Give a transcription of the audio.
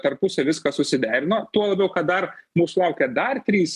per pusę viską susiderino tuo labiau kad dar mūsų laukia dar trys